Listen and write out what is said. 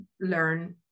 learn